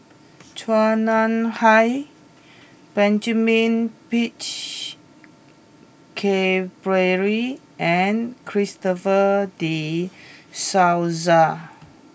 Chua Nam Hai Benjamin Peach Keasberry and Christopher De Souza